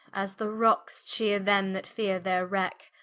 as the rockes cheare them that feare their wrack,